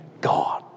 God